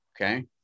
okay